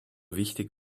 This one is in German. wichtig